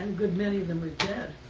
and good many of them are dead.